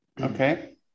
Okay